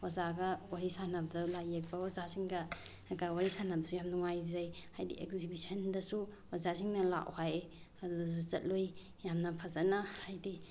ꯑꯣꯖꯥꯒ ꯋꯥꯔꯤ ꯁꯥꯟꯅꯕꯗ ꯂꯥꯏ ꯌꯦꯛꯄ ꯑꯣꯖꯥꯁꯤꯡꯒ ꯋꯥꯔꯤ ꯁꯥꯟꯅꯕꯗꯁꯨ ꯌꯥꯝ ꯅꯨꯡꯉꯥꯏꯖꯩ ꯍꯥꯏꯗꯤ ꯑꯦꯛꯖꯤꯕꯤꯁꯟꯗꯁꯨ ꯑꯣꯖꯥꯁꯤꯡꯅ ꯂꯥꯛꯑꯣ ꯍꯥꯏꯌꯦ ꯑꯗꯨꯗꯁꯨ ꯆꯠꯂꯨꯏ ꯌꯥꯝꯅ ꯐꯖꯅ ꯍꯥꯏꯗꯤ